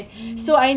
mm